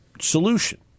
solution